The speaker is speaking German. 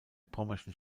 pommerschen